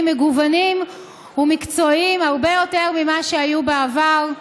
מגוונים ומקצועיים הרבה יותר ממה שהיו בעבר,